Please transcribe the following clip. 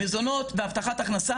מזונות והבטחת הכנסה,